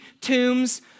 tombs